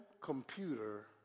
computer